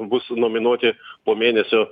bus nominuoti po mėnesio